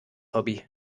hobby